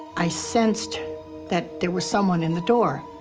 i sensed that there was someone in the door.